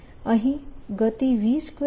અહીં ગતિ v2T છે